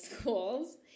schools